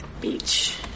beach